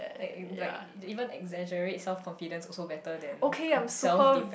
like like they even exaggerate self confidence also better than self depend